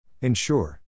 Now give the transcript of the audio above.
Ensure